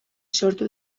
sortu